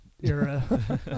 era